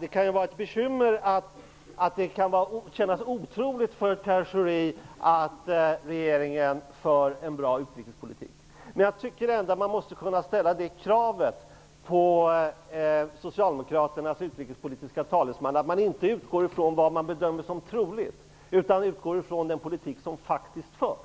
Det kan vara ett bekymmer. Det kan kännas otroligt för Pierre Schori att regeringen för en bra utrikespolitik. Men jag tycker ändå att man måste kunna ställa det kravet på Socialdemokraternas utrikespolitiske talesman att han inte utgår från vad han bedömer som troligt, utan från den politik som faktiskt förs.